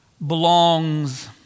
belongs